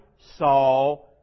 saw